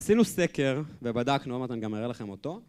עשינו סקר, ובדקנו, עוד מעט אני גם אראה לכם אותו.